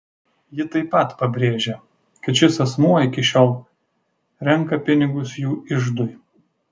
ji taip pat pabrėžė kad šis asmuo iki šiol renka pinigus jų iždui